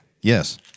yes